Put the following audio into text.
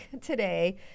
today